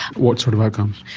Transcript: what sort of outcomes?